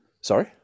Sorry